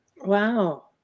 Wow